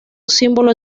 símbolo